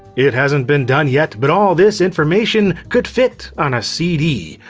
it hasn't been done yet, but all this information could fit on a cd.